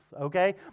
okay